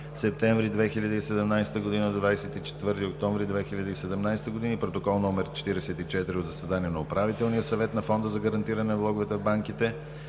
септември 2017 г. – 24 октомври 2017 г., и Протокол № 44 от заседание на Управителния съвет на Фонда за гарантиране на влоговете в банките.